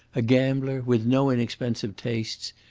a gambler, with no inexpensive tastes,